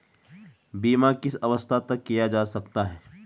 बीमा किस अवस्था तक किया जा सकता है?